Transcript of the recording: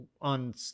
on